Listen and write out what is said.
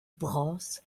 bras